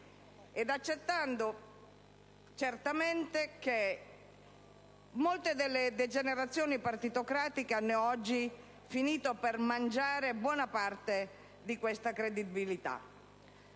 accettando che certamente molte delle degenerazioni partitocratiche hanno finito oggi per mangiare buona parte di questa credibilità.